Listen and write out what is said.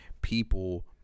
people